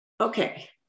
Okay